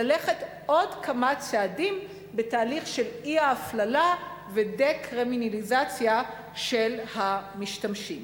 ללכת עוד כמה צעדים בתהליך של האי-הפללה ודה-קרימינליזציה של המשתמשים.